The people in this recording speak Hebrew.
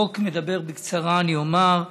החוק מדבר, בקצרה אני אומר,